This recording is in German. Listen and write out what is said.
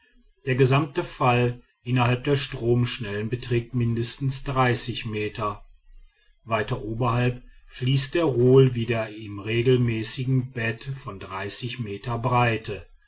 der gesamte fall innerhalb der stromschnellen beträgt mindestens meter weiter oberhalb fließt der rohl wieder in regelmäßigem bett von meter breite